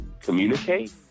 communicate